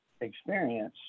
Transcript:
experience